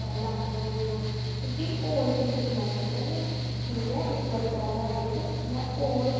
पर अजकल सारें दे घर टीबी हैन सारे लोक दिक्खा दे न्यूज़ां दिखदे पढदे ना